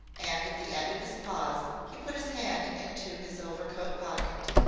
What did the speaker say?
and at the end of his pause he put his hand into his overcoat pocket.